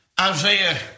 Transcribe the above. Isaiah